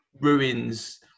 ruins